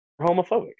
homophobic